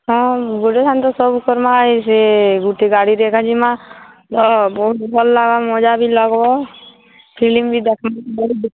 ହଁ ଗୁଟେ ସାଙ୍ଗେ ତ ସବୁ କର୍ମା ସେ ଗୁଟେ ଗାଡ଼ିରେ ଏକା ଜିମା ବହୁତ୍ ଭଲ୍ ଲାଗ୍ବା ମଜା ବି ଲାଗ୍ବା ଫିଲ୍ମ ବି ଦେଖ୍ମା